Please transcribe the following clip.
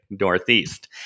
Northeast